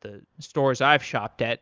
the stores i've shopped at.